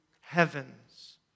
heavens